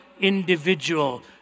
individual